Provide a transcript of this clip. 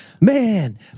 Man